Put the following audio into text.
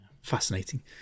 Fascinating